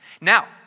Now